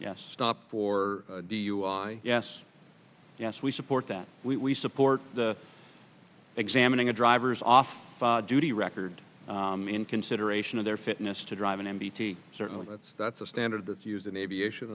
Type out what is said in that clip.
yes stopped for dui yes yes we support that we support the examining a drivers off duty record in consideration of their fitness to drive an m b t certainly that's that's a standard that's used in aviation